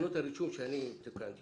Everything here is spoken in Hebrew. הרישום שאני תיקנתי